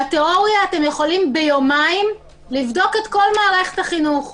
בתיאוריה אתם יכולים ביומיים לבדוק את כל מערכת החינוך.